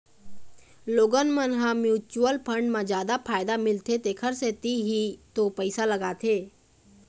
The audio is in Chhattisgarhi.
लोगन मन ह म्युचुअल फंड म जादा फायदा मिलथे तेखर सेती ही तो पइसा लगाथे